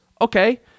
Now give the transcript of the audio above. okay